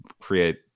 create